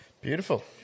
Beautiful